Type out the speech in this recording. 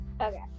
Okay